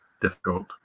difficult